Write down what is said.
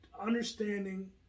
understanding